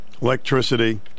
electricity